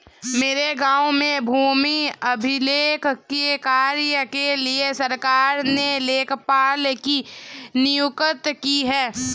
मेरे गांव में भूमि अभिलेख के कार्य के लिए सरकार ने लेखपाल की नियुक्ति की है